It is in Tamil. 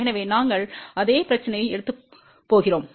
எனவே நாங்கள் அதே பிரச்சினையை எடுக்கப் போகிறோம்